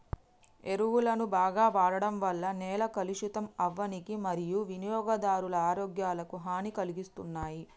ఎరువులను బాగ వాడడం వల్ల నేల కలుషితం అవ్వనీకి మరియూ వినియోగదారుల ఆరోగ్యాలకు హనీ కలిగిస్తున్నాయి